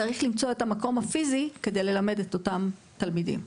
צריך למצוא את המקום הפיזי כדי ללמד את אותם תלמידים.